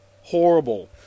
Horrible